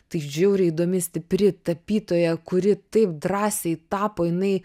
tai žiauriai įdomi stipri tapytoja kuri taip drąsiai tapo jinai